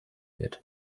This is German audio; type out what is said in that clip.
wird